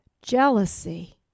Jealousy